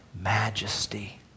majesty